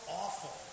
awful